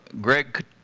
Greg